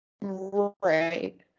Right